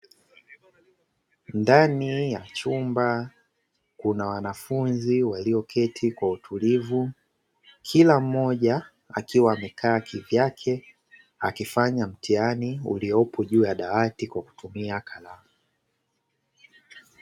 Ndani ya chumba kuna wanafunzi walioketi kwa utulivu, kila mmoja akiwa amekaa kivyake akifanya mtihani uliopo juu ya dawati kwa kutumia kalamu.